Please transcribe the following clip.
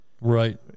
Right